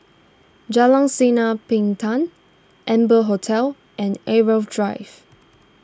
Jalan Sinar Bintang Amber Hotel and Irau Drive